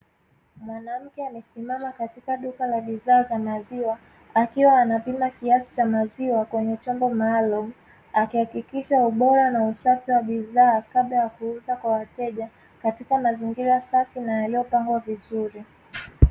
Mwanamke amesimama katika duka la bidhaa za maziwa, akiwa anapima kiasi cha maziwa kwenye chombo maalumu, akihakikisha ubora na usafi wa bidhaa kabla ya kuuza kwa wateja katika mazingira safi na yaliyopangwa vizuri.